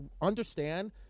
understand